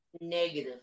Negative